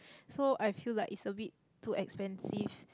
so I feel like it's a bit too expensive